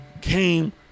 came